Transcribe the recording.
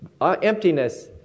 emptiness